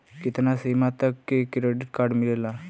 कितना सीमा तक के क्रेडिट कार्ड मिलेला?